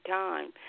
time